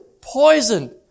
poisoned